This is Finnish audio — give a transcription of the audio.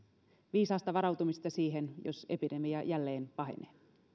viisasta varautumista siihen jos epidemia jälleen pahenee